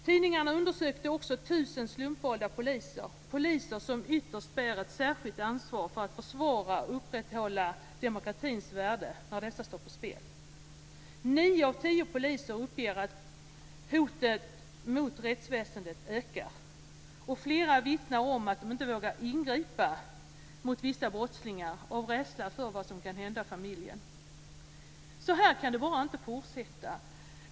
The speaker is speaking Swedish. Tidningarna undersökte också 1 000 slumpvalda poliser - poliser som ytterst bär ett särskilt ansvar för att försvara och upprätthålla demokratins värden när dessa står på spel. Nio av tio poliser uppger att hoten mot rättsväsendet ökar. Flera vittnar om att de inte vågar ingripa mot vissa brottslingar av rädsla för vad som kan hända familjen. Så här kan det bara inte fortsätta!